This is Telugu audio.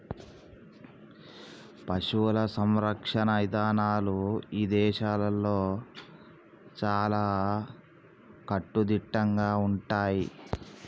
పశువుల సంరక్షణ ఇదానాలు ఇదేశాల్లో చాలా కట్టుదిట్టంగా ఉంటయ్యి